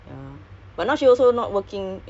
she don't have to